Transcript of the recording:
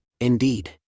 Indeed